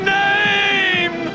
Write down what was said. name